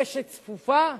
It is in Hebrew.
רשת צפופה.